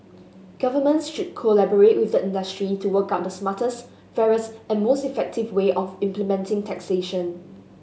governments should collaborate with the industry to work out the smartest fairest and most effective way of implementing taxation